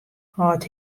hâldt